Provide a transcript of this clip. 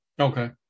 Okay